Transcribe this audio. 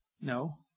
No